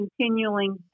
continuing